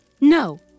no